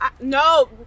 No